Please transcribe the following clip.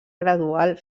gradual